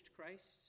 Christ